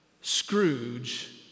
Scrooge